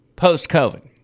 Post-COVID